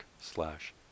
slash